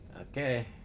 okay